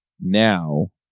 now